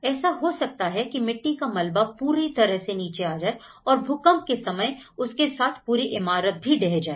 ऐसा हो सकता है कि मिट्टी का मलबा पूरा नीचे आ जाए और भूकंप के समय उसके साथ पूरी इमारत भी ढह जाए